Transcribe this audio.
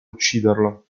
ucciderlo